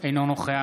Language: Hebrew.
אינו נוכח